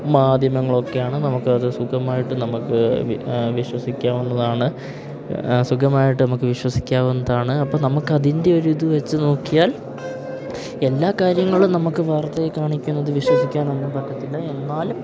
മാധ്യമങ്ങളൊക്കെയാണ് നമുക്കത് സുഖമായിട്ട് നമുക്ക് വി വിശ്വസിക്കാവുന്നതാണ് സുഖമായിട്ട് നമുക്ക് വിശ്വസിക്കാവുന്നതാണ് അപ്പോൾ നമുക്കതിൻ്റെ ഒരു ഇത് വച്ച് നോക്കിയാൽ എല്ലാ കാര്യങ്ങളും നമുക്ക് വാർത്തയിൽ കാണിക്കുന്നത് വിശ്വസിക്കാനൊന്നും പറ്റത്തില്ല എന്നാലും